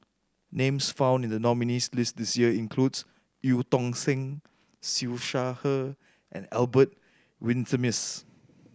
names found in the nominees' list this year includes Eu Tong Sen Siew Shaw Her and Albert Winsemius